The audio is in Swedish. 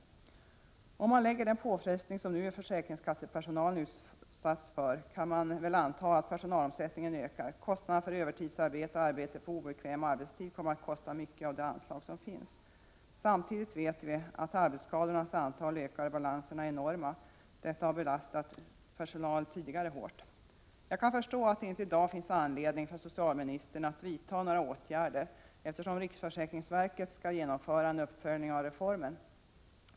Med tanke på den påfrestning som nu försäkringskassepersonalen utsatts för kan man väl anta att personalomsättningen ökar. Kostnader för övertidsarbete och arbete på obekväm arbetstid kommer att ta mycket av de anslag som finns. Samtidigt vet vi att arbetsskadornas antal ökar och att balanserna är enorma. Detta har tidigare belastat personalen hårt. Jag kan förstå att det inte i dag finns anledning för socialministern att vidta någon åtgärd, eftersom riksförsäkringsverket skall genomföra en uppföljning av reformen.